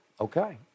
Okay